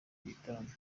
gitaramo